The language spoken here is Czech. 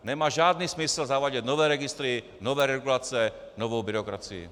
Nemá žádný smysl zavádět nové registry, nové regulace, novou byrokracii.